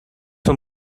vom